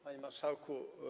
Panie Marszałku!